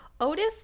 Otis